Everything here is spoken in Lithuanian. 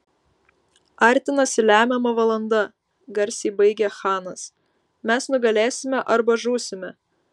artinasi lemiama valanda garsiai baigė chanas mes nugalėsime arba žūsime